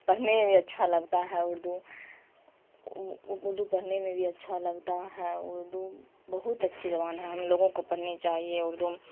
پڑھنے میں بھی اچھا لگتا ہے اردو اردو پڑھنے میں بھی اچھا لگتا ہے اردو بہت اچھی زبان ہے ہم لوگوں کو پڑھنی چاہیے اردو